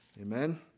amen